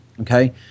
Okay